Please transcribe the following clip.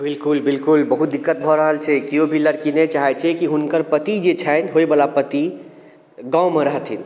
बिलकुल बिलकुल बहुत दिक्कत भऽ रहल छै केओ भी लड़की नहि चाहै छै कि हुनकर पति जे छनि होइवला पति गावँमे रहथिन